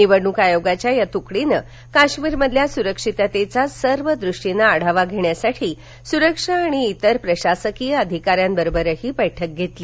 निवडणूक आयोगाच्या या तुकडीनं काश्मीरमधल्या सुरक्षिततेचा सर्व दृष्टीने आढावा घेण्यासाठी सुरक्षा आणि इतर प्रशासकीय अधिकाऱ्यांबरोबरही बैठक घेतली